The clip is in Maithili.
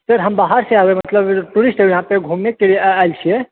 सर हम बाहर से मतलब टूरिस्ट यहाँ पे घुमने के लिए आयल छियै